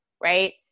right